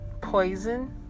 poison